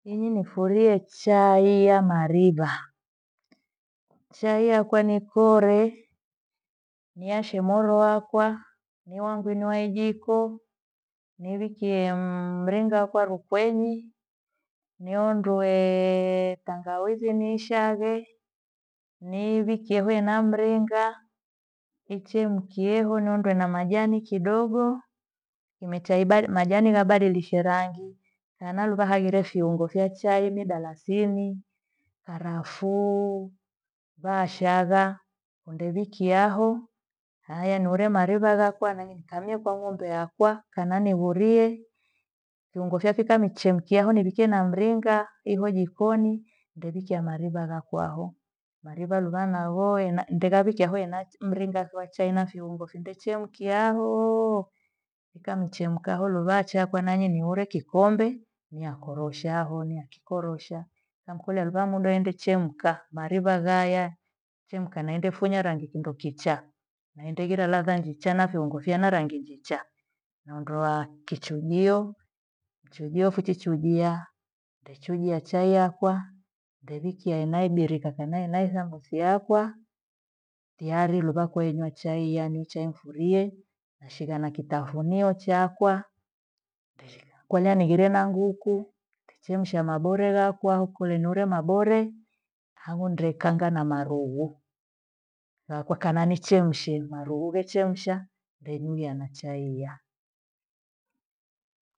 Inyi nifurie chai ya mariva. Chai yakwa nikore niwashe moro wakwa. Niwandu mwaijiko, nivikie mringa kwarukenyi nihonduee tangawizi niiishaghe niviwekie hena mringa ichekiho nihondwe na majani kidogo. Kumechaibai majani yabadilishwe rangi na nalugha hagire viungo vya chai midalasini, karafuu, vashagha kundevikiaho. Naaya niure mariva yakwa na nimkamie kwa ng'ombe yakwa kena nivurie. Kiungo chafika michemkio ho nivike na mringa ivo jikoni ndevichia mariva dhakwaho. Mariva ruvanaho ena- ndeka kichahayo ena ti- mringa wa chai na viungo findechemkia hoo mikamchemka hololo vacha kwenyani niwore kikombe niyakoroshaho nia kikorosha na mkolealeva mondo ende chemka mariva ghaya fimka na enda funya rangi kindo kichaa. Naendekila ladha ngichaa, na viungo fana rangi ngicha niondoa kichujio, njojio fuchijia ndechuja chai yakwa ndeiwikia inai birika thana na ithamosi yakwa tiari luva kuinywa chai yaani chai niifurie na shigha na kitafunio chakwa. Kwelia nigheria na nguku nichemshie mabore yakwa, kole niore mabore handu ndieikaanga na marughu thakwananichemshie marughu wechemsha ndenywia na chai hia.